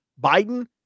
Biden